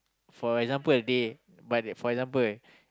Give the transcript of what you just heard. for example they but for example